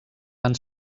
van